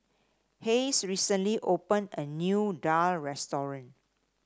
Hayes recently opened a new daal restaurant